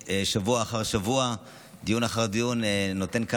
והוא בכלל, יש לו פטור ממילואים, הוא מתנדב.